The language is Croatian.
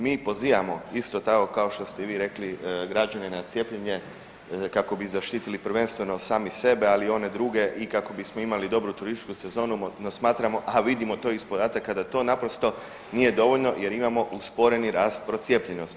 Mi pozivamo, isto tako, kao što ste i vi rekli građane na cijepljenje kako bi zaštitili prvenstveno sami sebe, ali i one druge i kako bismo imali dobru turističku sezonu, no smatramo, a vidimo to i iz podataka da to naprosto nije dovoljno jer imamo usporeni rast procijepljenosti.